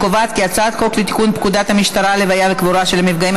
הצעת חוק לתיקון פקודת המשטרה (לוויה וקבורה של מפגעים),